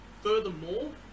Furthermore